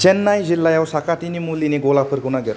चेन्नाइ जिल्लायाव साखाथिनि मुलिनि गलाफोरखौ नागिर